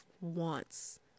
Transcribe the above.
wants